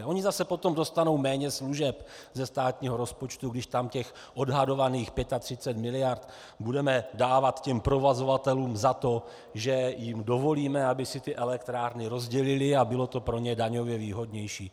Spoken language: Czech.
Oni zase potom dostanou méně služeb ze státního rozpočtu, když tam těch odhadovaných 35 mld. budeme dávat provozovatelům za to, že jim dovolíme, aby si ty elektrárny rozdělili a bylo to pro ně daňově výhodnější.